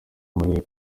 umurego